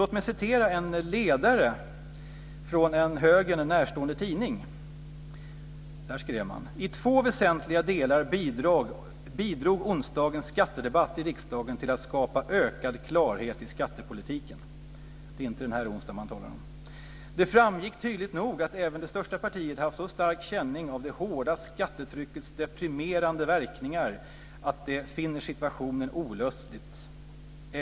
Låt mig citera en ledare från en högern närstående tidning. Det är inte den här onsdagen man talar om. "Det framgick tydligt nog att även det största partiet haft så stark känning av det hårda skattetryckets deprimerande verkningar att det finner situationen olustig.